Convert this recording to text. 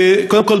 קודם כול,